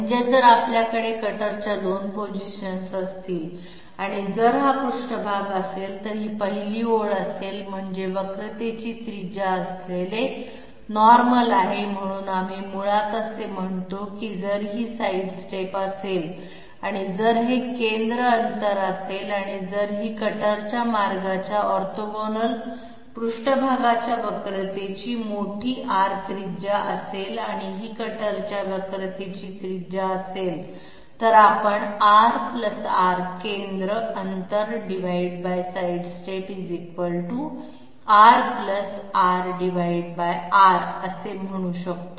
म्हणजे जर आपल्याकडे कटरच्या 2 पोझिशन्स असतील आणि जर हा पृष्ठभाग असेल तर ही पहिली ओळ असेल म्हणजे वक्रतेची त्रिज्या असलेले नॉर्मल आहे म्हणून आम्ही मुळात असे म्हणत आहोत की जर ही साईड स्टेप असेल आणि जर हे केंद्र अंतर असेल आणि जर ही कटरच्या मार्गाच्या ऑर्थोगोनल पृष्ठभागाच्या वक्रतेची मोठी R त्रिज्या असेल आणि ही कटरच्या वक्रतेची त्रिज्या असेल तर आपण R r केंद्र अंतर साईड स्टेप RrR असे म्हणू शकतो